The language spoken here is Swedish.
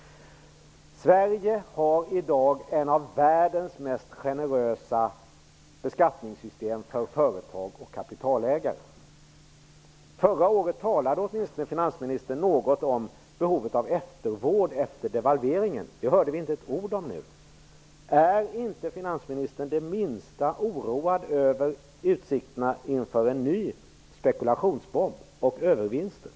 Sverige har i dag ett av världens mest generösa beskattningssystem för företag och kapitalägare. Förra året talade åtminstone finansministern något om behovet av eftervård efter devalveringen. Det hörde vi inte ett ord om nu. Är inte finansministern det minsta oroad över utsikterna av en ny spekulationsbomb och övervinster?